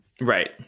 Right